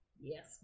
Yes